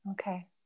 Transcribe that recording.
Okay